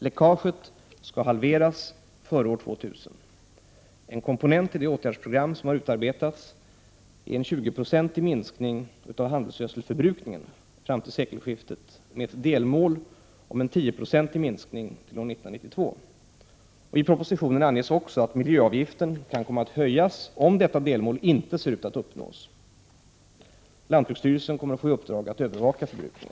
Läckaget skall halveras före år 2000. En komponent i det åtgärdsprogram som har utarbetats är en 20-procentig minskning av handelsgödselförbrukningen fram till sekelskif tet, med ett delmål om en 10-procentig minskning till år 1992. I propositionen = Prot. 1988/89:12 anges också att miljöavgiften kan komma att höjas om detta delmålinte serut 20 oktober 1988 att uppnås. Lantbruksstyrelsen kommer att få i uppdrag att övervaka förbrukningen.